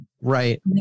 right